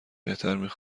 بهتر